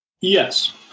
Yes